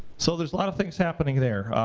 so there's a lot of things happening there.